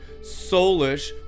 soulish